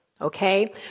okay